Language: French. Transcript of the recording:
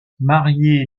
marié